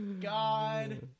god